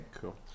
cool